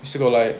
we still got like